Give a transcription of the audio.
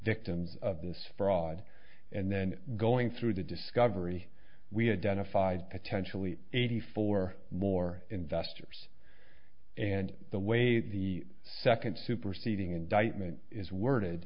victims of this fraud and then going through the discovery we identified potentially eighty four more investors and the way the second superseding indictment is worded